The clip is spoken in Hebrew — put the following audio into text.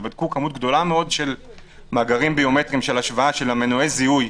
ובדקו כמות גדולה מאוד של מאגרים ביומטריים של השוואה של מנועי הזיהוי,